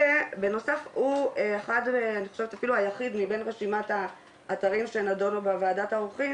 ובנוסף הוא היחיד מבין רשימת האתרים שנדונו בוועדת העורכים